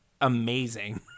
amazing